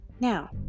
Now